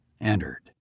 entered